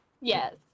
Yes